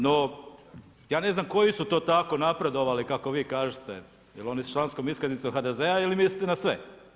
No, ja ne znam koji su to tako napredovali kako vi kažete jer oni s članskom iskaznicom HDZ-a ili mislite na sve?